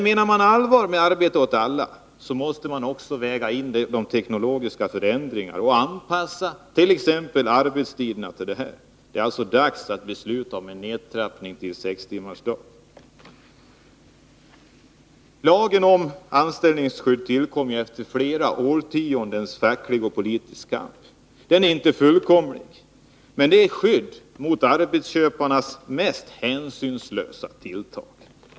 Menar man allvar med talet om arbete åt alla, måste man också väga in de teknologiska förändringarna och anpassa t.ex. arbetstiderna till dem. Det är alltså dags att besluta om en nedtrappning till sex timmars arbetsdag. Lagen om anställningsskydd tillkom efter flera årtiondens facklig och politisk kamp. Den är inte fullkomlig, men den är ett skydd mot arbetsköparnas mest hänsynslösa tilltag.